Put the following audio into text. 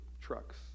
trucks